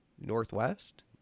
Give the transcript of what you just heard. Northwest